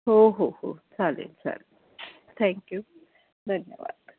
हो हो हो चालेल चालेल थँक्यू धन्यवाद